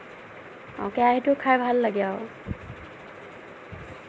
কেৰাহীৰটো খাই ভাল লাগে আৰু